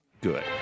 good